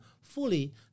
fully